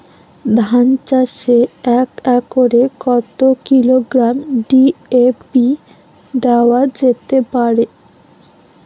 ধান চাষে এক একরে কত কিলোগ্রাম ডি.এ.পি দেওয়া যেতে পারে?